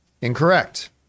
Incorrect